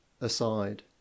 aside